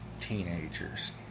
teenagers